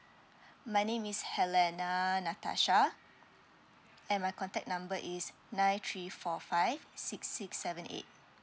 my name is helena natasha and my contact number is nine three four five six six seven eight